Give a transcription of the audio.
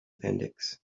appendix